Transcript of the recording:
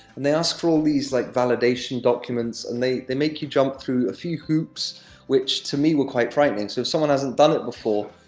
and they asked for all these, like, validation documents, and they they make you jump through a few hoops which to me were quite frightening. so, if someone hasn't done it before,